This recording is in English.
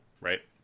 right